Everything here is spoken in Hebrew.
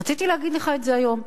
רציתי להגיד לך את זה היום,